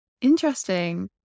Interesting